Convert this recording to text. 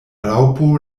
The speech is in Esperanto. raŭpo